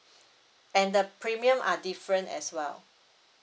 and the premium are different as well